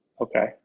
Okay